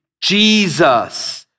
Jesus